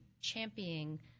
championing